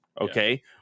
Okay